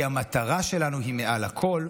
כי המטרה שלנו היא מעל הכול,